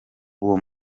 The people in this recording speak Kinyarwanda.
uwo